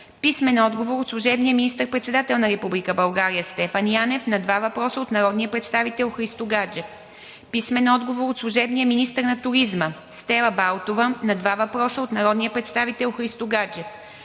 Христо Гаджев; - служебния министър-председател на Република България Стефан Янев на два въпроса от народния представител Христо Гаджев; - служебния министър на туризма Стела Балтова на два въпроса от народния представител Христо Гаджев;